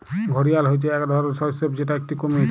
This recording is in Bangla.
ঘড়িয়াল হচ্যে এক ধরলর সরীসৃপ যেটা একটি কুমির